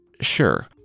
Sure